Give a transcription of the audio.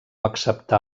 acceptà